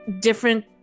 different